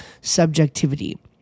subjectivity